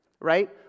right